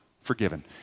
forgiven